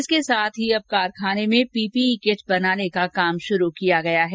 इसके साथ ही अब कारखाने में पीपीई किट बनाने का काम शुरू किया गया है